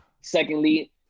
secondly